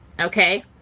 Okay